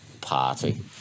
party